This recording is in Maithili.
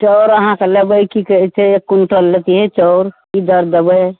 चाउर अहाँकेँ लेबै की कहैत छै एक क्विण्टल लेतियै चाउर की दर देबै